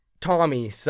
Tommy